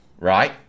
right